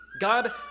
God